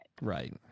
Right